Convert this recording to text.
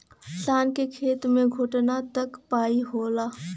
शान के खेत मे घोटना तक पाई होला